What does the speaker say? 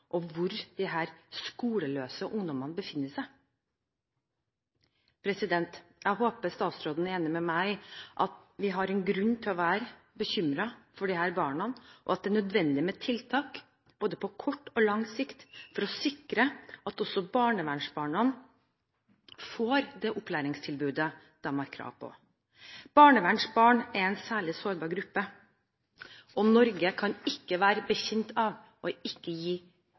og hvor disse skoleløse ungdommene befinner seg. Jeg håper statsråden er enig med meg i at vi har grunn til å være bekymret for disse barna, og at det er nødvendig med tiltak på både kort og lang sikt for å sikre at også barnevernsbarna får det opplæringstilbudet de har krav på. Barnevernsbarn er en særlig sårbar gruppe, og Norge kan ikke være bekjent av ikke å gi